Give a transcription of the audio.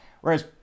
Whereas